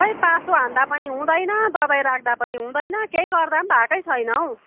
खै पासो हान्दा पनि हुँदैन दबाई राख्दा पनि हुँदैन केही गर्दा पनि भएकै छैन हौ